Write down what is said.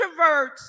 introverts